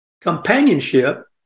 companionship